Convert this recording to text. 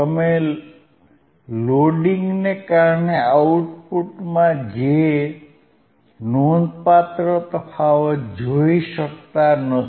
તમે લોડિંગને કારણે આઉટપુટમાં તે નોંધપાત્ર તફાવત જોઈ શકતા નથી